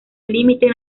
límite